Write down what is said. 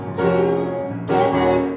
together